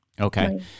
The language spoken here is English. Okay